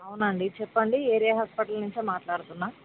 అవునండి చెప్పండి area hospital నుంచి మాట్లాడుతున్నాను